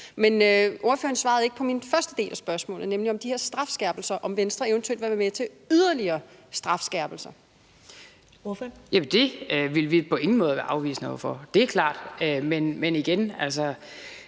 Men ordføreren svarede ikke på min første del af spørgsmålet, nemlig om de her strafskærpelser, altså om Venstre eventuelt vil være med til yderligere strafskærpelser. Kl. 10:17 Første næstformand (Karen Ellemann): Ordføreren. Kl.